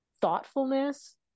thoughtfulness